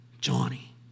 Johnny